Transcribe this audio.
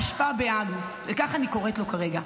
בית האשפה בהאג, ככה אני קוראת לו כרגע,